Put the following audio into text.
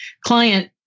client